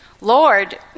Lord